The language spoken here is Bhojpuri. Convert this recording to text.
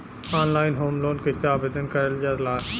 ऑनलाइन होम लोन कैसे आवेदन करल जा ला?